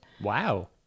Wow